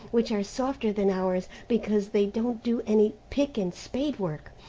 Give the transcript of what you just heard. which are softer than ours, because they don't do any pick-and-spade work,